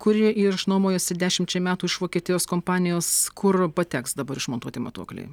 kuri ir išnuomojusi dešimčiai metų iš vokietijos kompanijos kur pateks dabar išmontuoti matuokliai